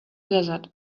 desert